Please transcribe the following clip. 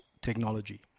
technology